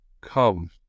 Come